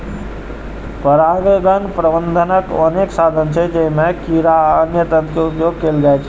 परागण प्रबंधनक अनेक साधन छै, जइमे कीड़ा आ अन्य तंत्र के उपयोग कैल जाइ छै